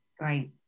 right